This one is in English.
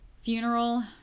funeral